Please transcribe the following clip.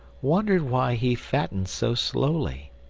wondered why he fattened so slowly.